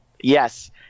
Yes